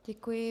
Děkuji.